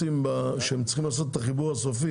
--- כשהם צריכים לעשות את החיבור הסופי,